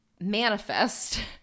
manifest